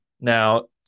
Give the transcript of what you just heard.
now